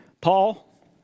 Paul